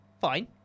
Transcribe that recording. fine